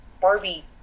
Barbie